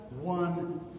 one